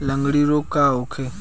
लगंड़ी रोग का होखे?